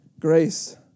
Grace